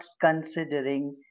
considering